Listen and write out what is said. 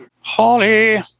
Holly